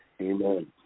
Amen